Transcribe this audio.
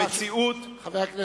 יהדות התורה,